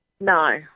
No